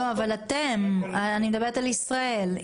לא, אתם, אני מדברת על ישראל.